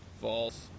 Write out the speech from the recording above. False